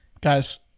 Guys